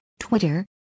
Twitter